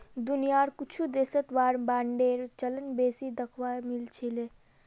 दुनियार कुछु देशत वार बांडेर चलन बेसी दखवा मिल छिले